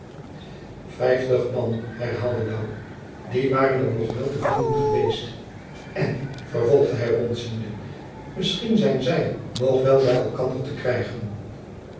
vijftig man herhaalde louw die waren er nog wel te vinden geweest en vervolgde hy rondziende misschien zijn zy nog wel by elkander te krijgen